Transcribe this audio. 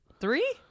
three